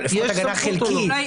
יש לו סמכות או לא?